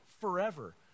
forever